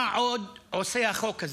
מה עוד עושה החוק הזה?